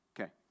Okay